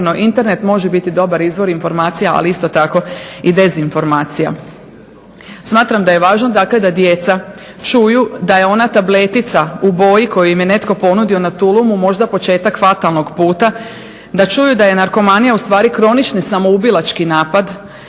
Internet može biti dobar izvor informacija, ali isto tako i dezinformacija. Smatram da je važno dakle da djeca čuju da je ona tabletica u boji koju im je netko ponudio na tulumu možda početak fatalnog puta, da čuju da je narkomanija ustvari kronični samoubilački napad,